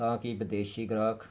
ਤਾਂ ਕਿ ਵਿਦੇਸ਼ੀ ਗ੍ਰਾਹਕ